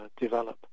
develop